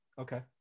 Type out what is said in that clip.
Okay